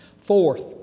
Fourth